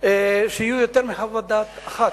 שתהיה יותר מחוות דעת אחת.